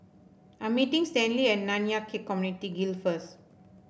I'm meeting Stanley at Nanyang Khek Community Guild first